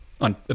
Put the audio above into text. on